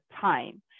time